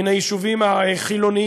מן היישובים החילוניים,